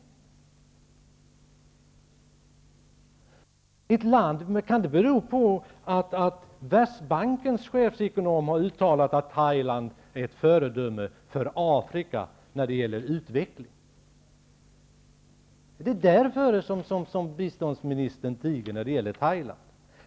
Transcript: Kan det i så fall bero på att Världsbankens chefsekonomer har uttalat att Thailand är ett föredöme för Afrika när det gäller utveckling? Är det därför biståndsministern tiger när det gäller Thailand?